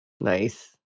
Nice